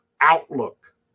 outlook